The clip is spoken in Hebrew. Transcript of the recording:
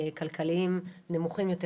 כלכליים נמוכים יותר.